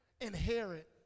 inherit